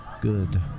Good